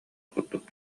курдук